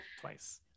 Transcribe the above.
twice